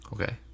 okay